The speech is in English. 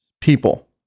people